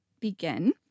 begin